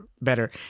better